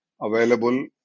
available